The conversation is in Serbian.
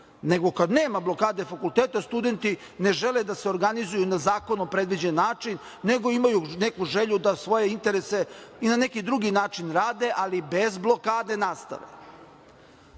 nego kad nema blokade fakulteta studenti ne žele da se organizuju na zakonom predviđen način, nego imaju neku želju da svoje interese i na neki drugi način rade, ali bez blokade nastave.U